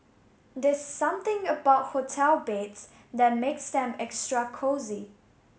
there's something about hotel beds that makes them extra cosy